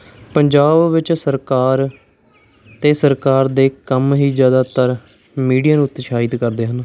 ਪੰਜਾਬ ਵਿੱਚ ਸਰਕਾਰ ਅਤੇ ਸਰਕਾਰ ਦੇ ਕੰਮ ਹੀ ਜ਼ਿਆਦਾਤਰ ਮੀਡੀਆ ਨੂੰ ਉਤਸ਼ਾਹਿਤ ਕਰਦੇ ਹਨ